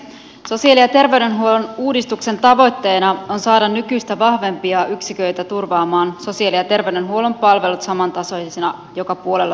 sosiaali ja terveydenhuollon uudistuksen tavoitteena on saada nykyistä vahvempia yksiköitä turvaamaan sosiaali ja terveydenhuollon palvelut samantasoisina joka puolella suomea